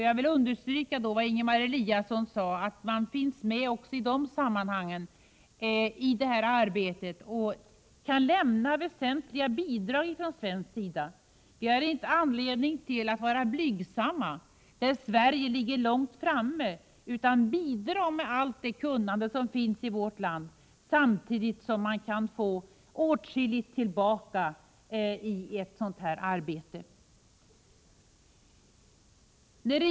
Jag vill understryka vad Ingemar Eliasson sade, nämligen att det är viktigt att Sverige finns med också i detta arbete och kan lämna väsentliga bidrag. Vi har ingen anledning att vara blygsamma på områden där Sverige ligger långt framme, utan vi måste bidra med allt det kunnande som finns i vårt land samtidigt som vi kan få åtskilligt tillbaka.